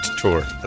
tour